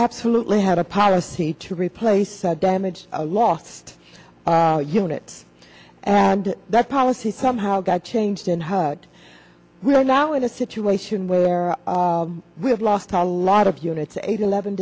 absolutely had a policy to replace the damaged a lot unit and that policy somehow got changed in her but we are now in a situation where we have lost a lot of units eight eleven